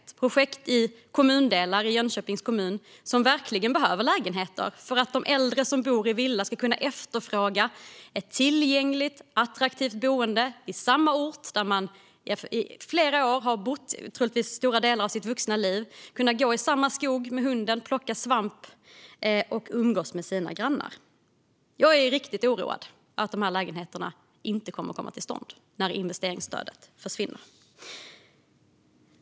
Det är projekt i kommundelar i Jönköpings kommun som verkligen behöver lägenheter för att de äldre som nu bor i villa ska kunna efterfråga ett tillgängligt attraktivt boende i samma ort som de har bott i under flera år eller stora delar av sitt vuxna liv. Därigenom skulle de kunna gå med hunden i samma skog, plocka svamp och umgås med sina grannar. Jag är riktigt oroad över att dessa lägenheter inte kommer att bli verklighet när investeringsstödet försvinner.